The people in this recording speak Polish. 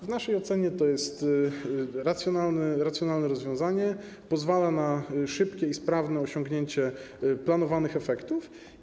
W naszej ocenie jest to racjonalne rozwiązanie, pozwalające na szybkie i sprawne osiągnięcie planowanych efektów.